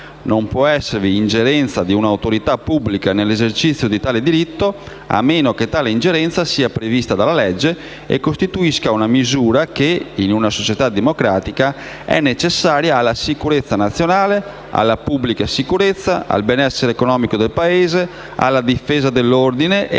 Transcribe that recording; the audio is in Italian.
«Non può esservi ingerenza di una autorità pubblica nell'esercizio di tale diritto a meno che tale ingerenza sia prevista dalla legge e costituisca una misura che, in una società democratica, è necessaria alla sicurezza nazionale, alla pubblica sicurezza, al benessere economico del Paese, alla difesa dell'ordine e alla prevenzione